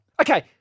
Okay